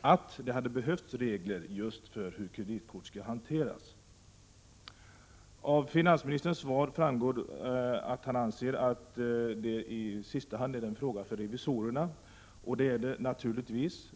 att det hade behövts regler just för hur kreditkort skall hanteras. Av finansministerns svar framgår att han anser att detta i sista hand är en fråga för revisorerna. Det är naturligtvis riktigt.